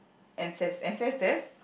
ances~ ancestors